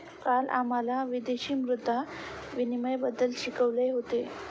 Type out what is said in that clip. काल आम्हाला विदेशी मुद्रा विनिमयबद्दल शिकवले होते